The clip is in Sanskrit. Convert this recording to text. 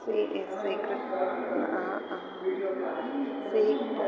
स्वी स्वीकृत्य अहं स्वीक्र्